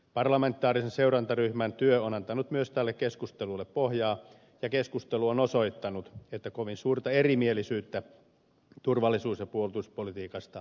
parlamentaarisen seurantaryhmän työ on antanut myös tälle keskustelulle pohjaa ja keskustelu on osoittanut että kovin suurta erimielisyyttä turvallisuus ja puolustuspolitiikasta ei ole